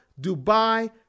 Dubai